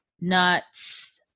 nuts